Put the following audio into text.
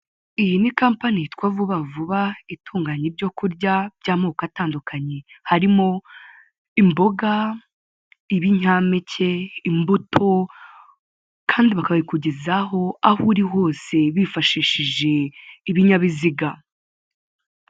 Iyi ni kompani yitwa Vuba Vuba, itunganya ibyo kurya by'amoko atandukanye harimo imboga, ibinyampeke, imbuto, kandi bakabikugezaho aho uri hose bifashishije ibinyabiziga.